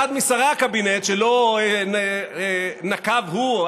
אחד משרי הקבינט שלא נקב הוא,